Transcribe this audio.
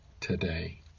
today